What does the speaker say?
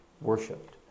Worshipped